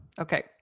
Okay